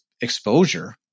exposure